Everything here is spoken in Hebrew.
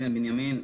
אילן בנימין,